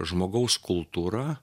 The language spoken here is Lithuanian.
žmogaus kultūra